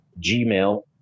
Gmail